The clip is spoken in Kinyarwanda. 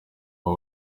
aho